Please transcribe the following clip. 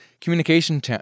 communication